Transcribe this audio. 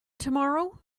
tomorrow